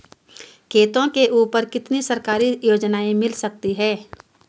खेतों के ऊपर कितनी सरकारी योजनाएं मिल सकती हैं?